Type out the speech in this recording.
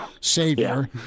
savior